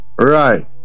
Right